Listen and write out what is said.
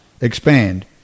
expand